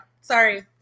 sorry